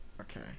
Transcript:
Okay